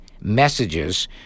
messages